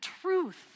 truth